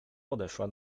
podeszła